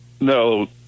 No